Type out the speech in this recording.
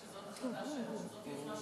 זאת החלטה שהוא מתהדר בה.